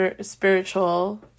spiritual